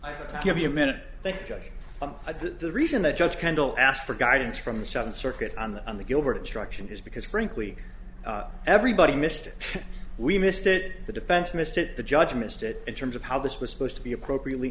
that the reason that judge kendall asked for guidance from the seventh circuit on the on the gilbert instruction is because frankly everybody missed it we missed it the defense missed it the judge missed it in terms of how this was supposed to be appropriately